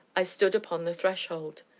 i stood upon the threshold.